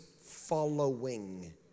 following